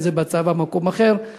אם זה בצבא או במקום אחר,